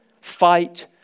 Fight